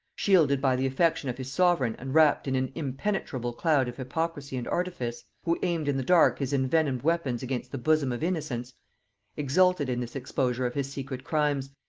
shielded by the affection of his sovereign and wrapped in an impenetrable cloud of hypocrisy and artifice, who aimed in the dark his envenomed weapons against the bosom of innocence exulted in this exposure of his secret crimes,